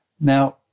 Now